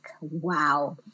wow